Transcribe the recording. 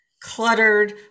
cluttered